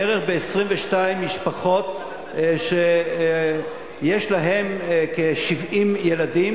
בערך ב-22 משפחות שיש להן כ-70 ילדים,